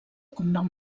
cognom